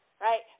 right